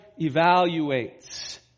evaluates